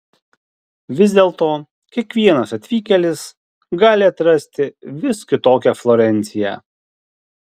vis dėlto kiekvienas atvykėlis gali atrasti vis kitokią florenciją